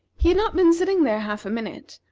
he had not been sitting there half a minute,